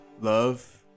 Love